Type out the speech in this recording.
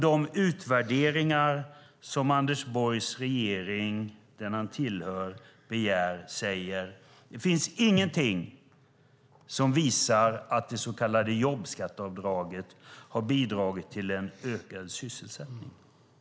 De utvärderingar som den regering begärt som Anders Borg tillhör säger: Det finns ingenting som visar att det så kallade jobbskatteavdraget har bidragit till ökad sysselsättning.